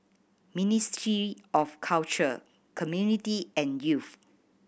Ministry of Culture Community and Youth